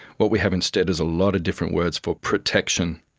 what we have instead is a lot of different words for protection,